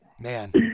Man